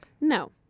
No